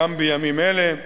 גם בימים אלה,